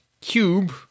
cube